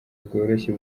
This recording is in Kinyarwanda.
bworoshye